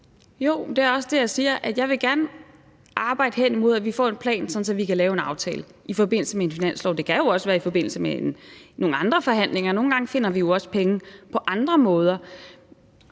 Jeg vil gerne arbejde hen imod, at vi får en plan, sådan at vi kan lave en aftale i forbindelse med en finanslov. Det kan jo også være i forbindelse med nogle andre forhandlinger. Nogle gange finder vi jo også penge på andre måder.